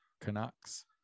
Canucks